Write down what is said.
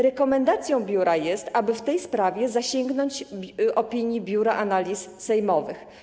Rekomendacją biura jest, aby w tej sprawie zasięgnąć opinii Biura Analiz Sejmowych.